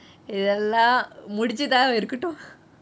எல்லாம் முடிச்சிட இருக்கட்டும்:ellam mudichitaa iruketuum